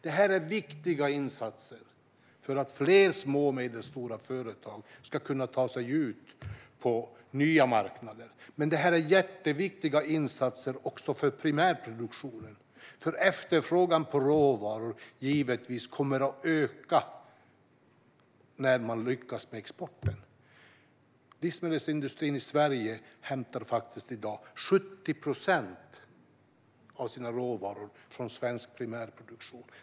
Det här är viktiga insatser för att fler små och medelstora företag ska kunna ta sig ut på nya marknader. Men det är också jätteviktiga insatser för primärproduktionen, för efterfrågan på råvaror kommer givetvis att öka när man lyckas med exporten. Livsmedelsindustrin i Sverige hämtar i dag 70 procent av sina råvaror från svensk primärproduktion.